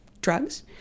drugs